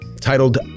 titled